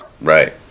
Right